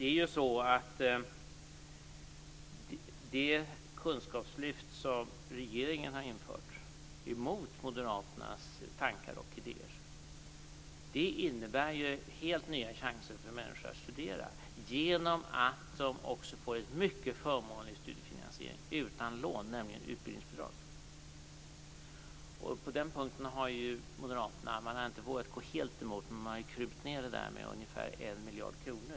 Fru talman! Det kunskapslyft som regeringen har infört, emot moderaternas tankar och idéer, innebär helt nya chanser för människor att studera genom att de också får en mycket förmånlig studiefinansiering, utan lån, nämligen utbildningsbidrag. Moderaterna har inte vågat gå helt emot på den punkten men man stod för en krympning med ungefär 1 miljard kronor.